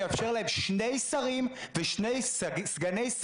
אתה תהיה שר המשפטים, ומשמח אותי שאתה תהיה